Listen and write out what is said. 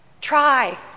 Try